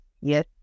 yes